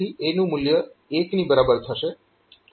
તેથી A નું મૂલ્ય 1 ની બરાબર થશે